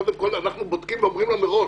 קודם כול אנחנו בודקים ואומרים לו מראש: